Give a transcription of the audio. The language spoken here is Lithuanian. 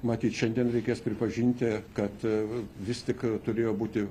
matyt šiandien reikės pripažinti kad vis tik turėjo būti